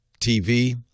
tv